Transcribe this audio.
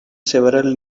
several